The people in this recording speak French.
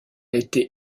été